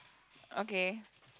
okay